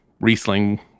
Riesling